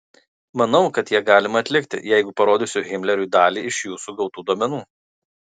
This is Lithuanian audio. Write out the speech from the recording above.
manau kad ją galima atlikti jeigu parodysiu himleriui dalį iš jūsų gautų duomenų